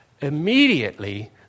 Immediately